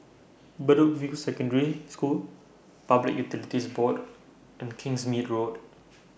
Bedok View Secondary School Public Utilities Board and Kingsmead Road